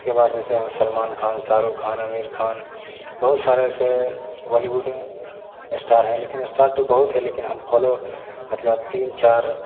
उसके बाद जैसे सलमान ख़ान शाहरुख ख़ान आमिर ख़ान बहुत सारे ऐसे बॉलीवुड इस्टार है लेकिन इस्टार तो बहुत है लेकिन हम फॉलो मतलब तीन चार